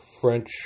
French